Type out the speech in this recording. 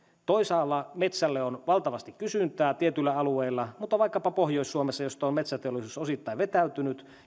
toisaalla metsälle on valtavasti kysyntää tietyillä alueilla mutta vaikkapa pohjois suomessa ja itä suomessa mistä on metsäteollisuus osittain vetäytynyt